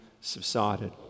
subsided